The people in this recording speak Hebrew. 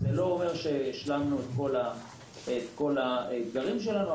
זה לא אומר שהשלמנו את כל האתגרים שלנו,